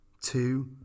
two